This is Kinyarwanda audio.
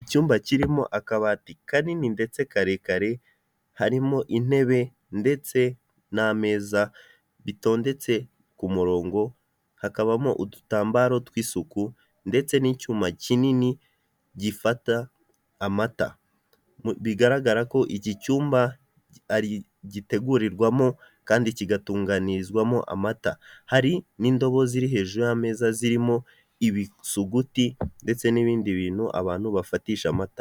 Icyumba kirimo akabati kanini ndetse karekare harimo intebe ndetse n'ameza bitondetse ku murongo, hakabamo udutambaro tw'isuku ndetse n'icyuma kinini gifata amata bigaragara ko iki cyumba gitegurirwamo kandi kigatunganirizwamo amata hari n'indobo ziri hejuru y'ameza zirimo ibisuguti ndetse n'ibindi bintu abantu bafatisha amata.